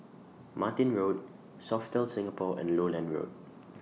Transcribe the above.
Martin Road Sofitel Singapore and Lowland Road